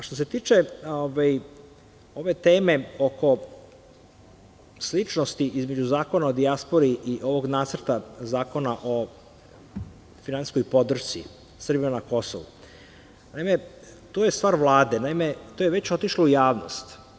Što se tiče ove teme oko sličnosti između Zakona o dijaspori i ovog nacrta Zakona o finansijskoj podršci Srba na Kosovu, to je stvar Vlade, to je već otišlo u javnost.